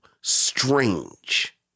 strange